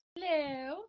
Hello